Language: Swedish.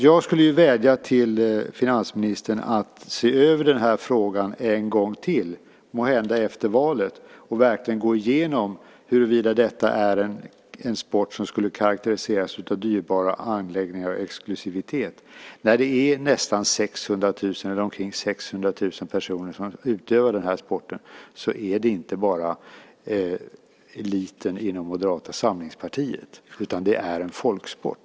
Jag skulle vädja till finansministern att se över den här frågan en gång till, måhända efter valet, och verkligen gå igenom huruvida detta är en sport som karakteriseras av dyrbara anläggningar och exklusivitet. När det är omkring 600 000 personer som utövar den här sporten är det inte bara eliten inom Moderata samlingspartiet, utan det är en folksport.